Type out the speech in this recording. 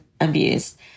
abused